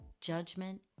judgment